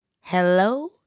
Hello